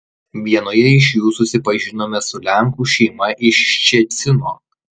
vienoje iš jų susipažinome su lenkų šeima iš ščecino